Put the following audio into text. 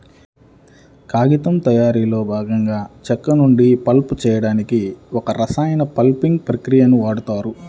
కాగితం తయారీలో భాగంగా చెక్క నుండి పల్ప్ చేయడానికి ఒక రసాయన పల్పింగ్ ప్రక్రియని వాడుతారు